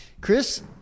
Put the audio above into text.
Chris